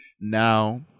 now